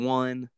one